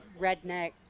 Redneck